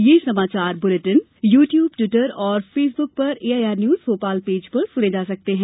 ये समाचार bulletin YouTube Twitter और फेसबुक पर एआईआर न्यूज भोपाल पेज पर सुने जा सकते हैं